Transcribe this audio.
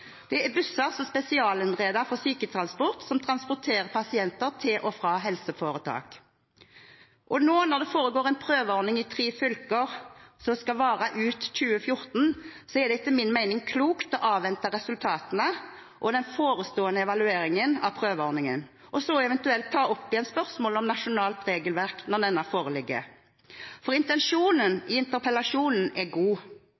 Det er busser som er spesialinnredet for syketransport som transporterer pasienter til og fra helseforetak. Når det nå foregår en prøveordning i tre fylker som skal vare ut 2014, er det etter min mening klokt å avvente resultatene og den forestående evalueringen av prøveordningen og eventuelt ta opp igjen spørsmål om nasjonalt regelverk når denne foreligger. Intensjonen i interpellasjonen er god,